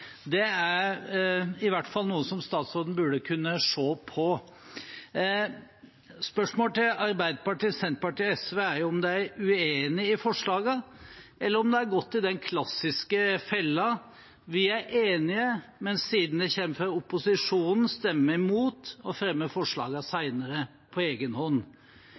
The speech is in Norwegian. Det er i hvert fall noe som statsråden burde kunne se på. Spørsmålet til Arbeiderpartiet, Senterpartiet og SV er om de er uenig i forslagene, eller om de har gått i den klassiske fella: Vi er enige, men siden det kommer fra opposisjonen, stemmer vi imot og fremmer forslagene senere på